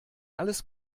alles